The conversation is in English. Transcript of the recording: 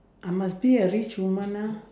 I must be a rich woman ah